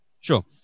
Sure